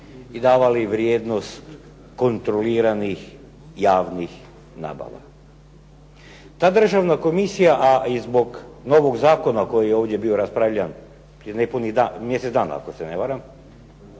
i davali vrijednost kontroliranih javnih nabava. Ta Državna komisija, a i zbog novog zakona koji je ovdje bio raspravljan prije nepunih mjesec dana ako se ne varam,